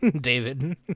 David